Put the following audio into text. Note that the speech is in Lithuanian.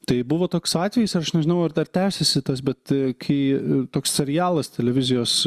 tai buvo toks atvejis aš nežinau ar dar tęsiasi tas bet kai toks serialas televizijos